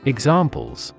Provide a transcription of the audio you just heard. Examples